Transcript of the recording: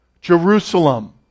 Jerusalem